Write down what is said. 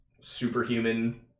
superhuman